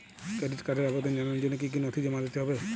Credit কার্ডের আবেদন জানানোর জন্য কী কী নথি জমা দিতে হবে?